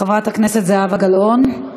חברת הכנסת זהבה גלאון, בבקשה.